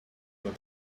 this